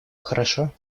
хорошо